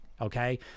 okay